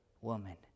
woman